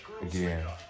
again